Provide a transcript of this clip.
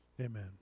Amen